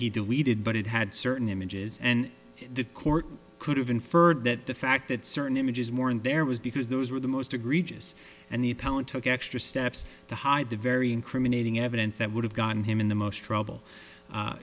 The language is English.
he deleted but it had certain images and the court could have inferred that the fact that certain images more than there was because those were the most egregious and the appellant took extra steps to hide the very incriminating evidence that would have gotten him in the most trouble